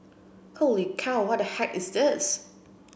holy cow what the heck is this